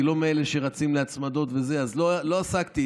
אני לא מאלה שרצים להצמדות, לא עסקתי.